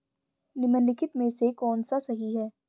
निम्नलिखित में से कौन सा सही है?